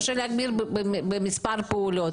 אולי צריך להגדיר את זה לפי מספר הפעולות,